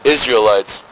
Israelites